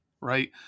right